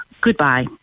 Goodbye